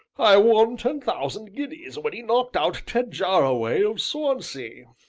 i won ten thousand guineas when he knocked out ted jarraway of swansea,